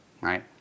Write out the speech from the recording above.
right